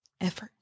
effort